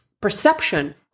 perception